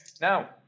Now